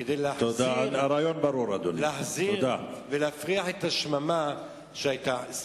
כדי להחזיר ולהפריח את השממה שהיתה.